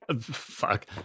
Fuck